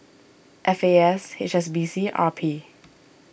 F A S H S B C and R P